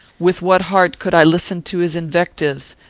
with what heart could i listen to his invectives?